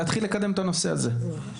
כדי שנתחיל לקדם את הנושא הזה בהקדם.